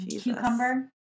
Cucumber